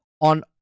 on